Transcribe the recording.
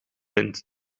wind